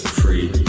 free